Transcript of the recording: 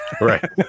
right